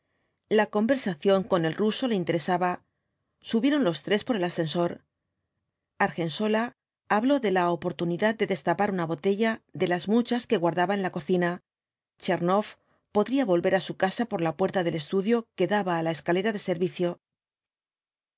la conversación con el ruso le interesaba subieron los tres por el ascensor argensola habló de la oportunidad de destapar una botella de las muchas que guardaba en la cocina tchernoff podría volver á su casa por la puerta del estudio que dliba á la escalera de servicio el